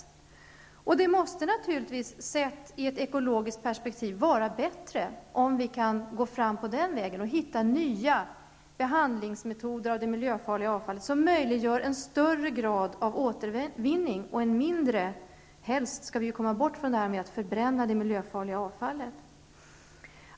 Sett i ett ekologiskt perspektiv måste det naturligtvis vara bättre om man kan gå fram den vägen och hitta nya behandlingsmetoder när det gäller det miljöfarliga avfallet som möjliggör en större grad av återvinning och en mindre grad av förbränning -- helst bör vi ju helt komma bort ifrån förbränning av det miljöfarliga avfallet.